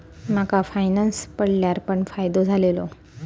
माका फायनांस पडल्यार पण फायदो झालेलो